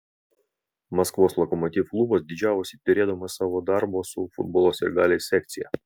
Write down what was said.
maskvos lokomotiv klubas didžiavosi turėdamas savo darbo su futbolo sirgaliais sekciją